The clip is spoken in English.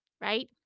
right